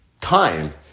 time